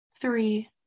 three